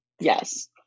Yes